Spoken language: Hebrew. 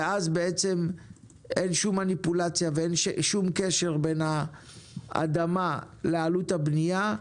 אז בעצם אין שום מניפולציה ואין שום קשר בין האדמה לעלות הבניה.